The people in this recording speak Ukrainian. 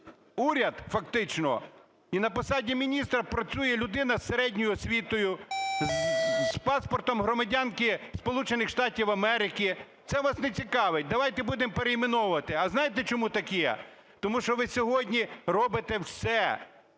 уряд фактично - і на посаді міністра працює людина з середньої освітою, з паспортом громадянки Сполучених Штатів Америки. Це вас не цікавить. Давайте будемо перейменовувати. А знаєте чому так є? Тому що ви сьогодні робити все,